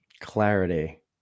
clarity